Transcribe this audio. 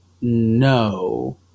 No